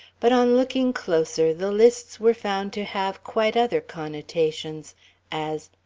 but on looking closer, the lists were found to have quite other connotations as,